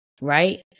Right